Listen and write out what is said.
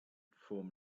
form